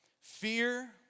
fear